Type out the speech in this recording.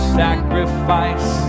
sacrifice